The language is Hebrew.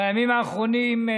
בימים האחרונים,